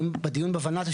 האם בדיון בולנת"ע,